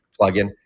plugin